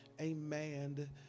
amen